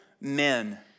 men